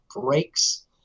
breaks